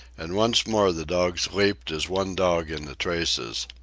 and once more the dogs leaped as one dog in the traces.